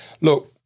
Look